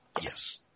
Yes